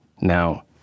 Now